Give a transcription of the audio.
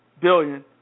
billion